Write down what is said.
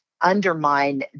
undermine